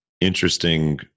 interesting